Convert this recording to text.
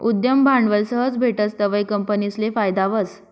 उद्यम भांडवल सहज भेटस तवंय कंपनीसले फायदा व्हस